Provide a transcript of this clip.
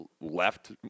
left